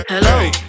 Hello